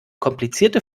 komplizierte